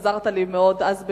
עזרת לי מאוד אז,